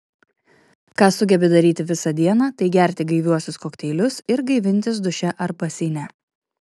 ką sugebi daryti visą dieną tai gerti gaiviuosius kokteilius ir gaivintis duše ar baseine